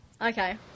Okay